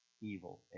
evil